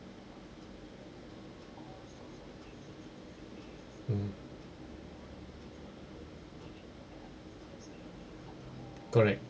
mm correct